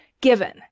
given